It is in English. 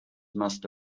must